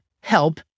help